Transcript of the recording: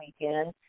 weekend